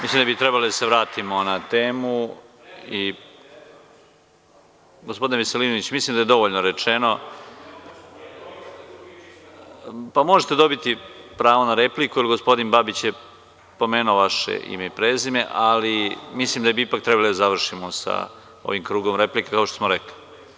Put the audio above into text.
Mislim da bi trebalo da se vratimo na temu. (Janko Veselinović, s mesta: Replika.) Gospodine Veselinović, mislim da je dovoljno rečeno. (Janko Veselinović, s mesta: Pomenut sam.) Možete dobiti pravo na repliku, jer gospodin Babić je pomenuo vaše ime i prezime, ali mislim da bi ipak trebalo da završimo sa ovim krugom replika, kao što smo rekli.